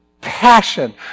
passion